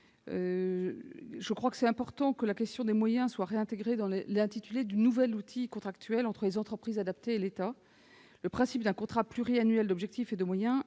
Il me paraît important que la question des moyens soit réintégrée dans l'intitulé du nouvel outil contractuel qui liera les entreprises adaptées et l'État. Le principe d'un contrat pluriannuel d'objectifs et de moyens est